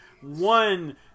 One